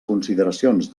consideracions